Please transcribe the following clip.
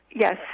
Yes